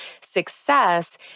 success